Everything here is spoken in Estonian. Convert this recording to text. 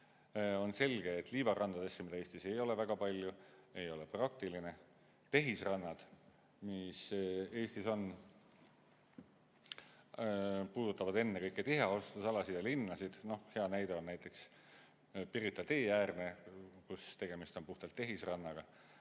On selge, et liivarandadesse, mida Eestis ei ole väga palju, ei ole praktiline. Tehisrannad, mis Eestis on, puudutavad ennekõike tiheasustusalasid ja linnasid. Hea näide on Pirita tee äärne, kus tegemist on puhtalt tehisrannaga.